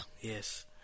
Yes